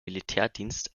militärdienst